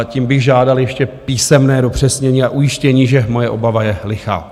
Tím bych žádal ještě písemné dopřesnění a ujištění, že moje obava je lichá.